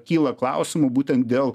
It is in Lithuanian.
kyla klausimų būtent dėl